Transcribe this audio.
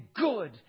good